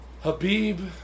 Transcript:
Habib